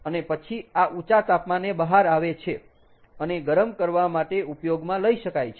અને પછી આ ઊંચા તાપમાને બહાર આવે છે અને ગરમ કરવા માટે ઉપયોગમાં લઇ શકાય છે